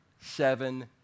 seven